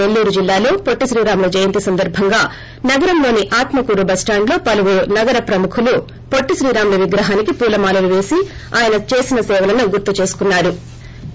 నెల్లూరు జిల్లాలో పొట్లి శ్రీరాములు జయంతి సందర్బంగా నగరంలోని ఆత్మకూరు బస్లాండ్లో పలువురు నగర ప్రముఖులు పొట్లి శ్రీరాములు విగ్రహానికి పూలమాలలు వేసి ఆయన చేసిన సేవలను గుర్తు చేసుకున్నా రు